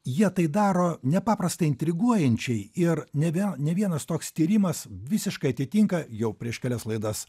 jie tai daro nepaprastai intriguojančiai ir ne vie ne vienas toks tyrimas visiškai atitinka jau prieš kelias laidas